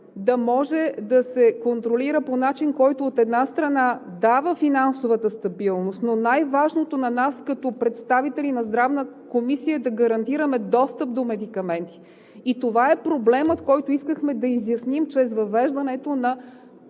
да може да се контролира по начин, който, от една страна, дава финансовата стабилност, но най-важното за нас като представители на Здравната комисия е да гарантираме достъп до медикаменти. И това е проблемът, който искахме да изясним чрез въвеждането на